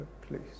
please